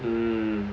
mm